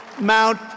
Mount